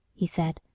he said,